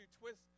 twist